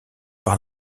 par